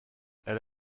elle